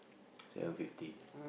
seven fifty